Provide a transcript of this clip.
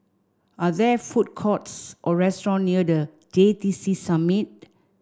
are there food courts or restaurants near The J T C Summit